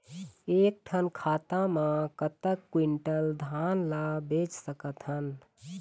एक ठन खाता मा कतक क्विंटल धान ला बेच सकथन?